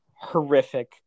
horrific